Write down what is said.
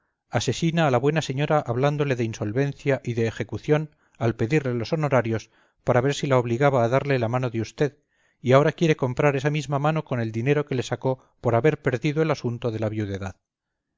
asesina a la buena señora hablándole de insolvencia y de ejecución al pedirle los honorarios para ver si la obligaba a darle la mano de usted y ahora quiere comprar esa misma mano con el dinero que le sacó por haber perdido el asunto de la